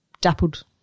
Dappled